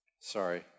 sorry